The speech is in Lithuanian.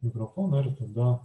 mikrofoną ir tada